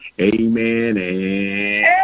amen